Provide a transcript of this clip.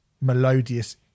melodious